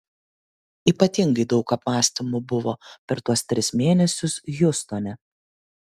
ypatingai daug apmąstymų buvo per tuos tris mėnesius hjustone